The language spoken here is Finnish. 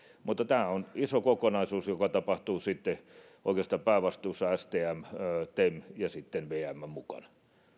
mutta tämä on iso kokonaisuus joka tapahtuu sitten oikeastaan päävastuussa ovat stm ja tem ja sitten vm on mukana